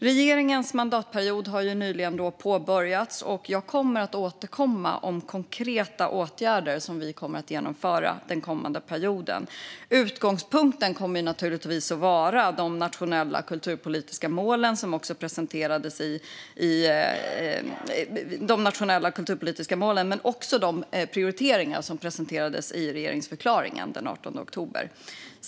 Regeringens mandatperiod har nyligen påbörjats, och jag kommer att återkomma om konkreta åtgärder som vi ska genomföra den kommande perioden. Utgångspunkten kommer naturligtvis att vara de nationella kulturpolitiska målen men också de prioriteringar som presenterades i regeringsförklaringen den 18 oktober.